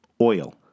Oil